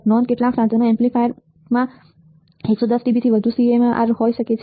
નોંધ કેટલાક સાધન એમ્પ્લીફાયર્સમાં 110db 300000 થી વધુ CMRR હોઈ શકે છે